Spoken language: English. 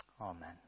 Amen